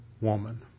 woman